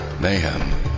mayhem